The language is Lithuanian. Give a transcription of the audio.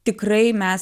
tikrai mes